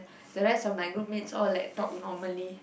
the rest of my group mates all like talk normally